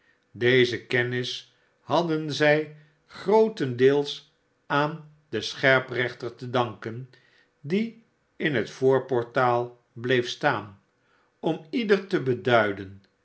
dez kennis hadden zij grootendeels aan den scherprechter te danken die in het voorportaal bleef staan om ieder te beduiden